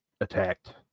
attacked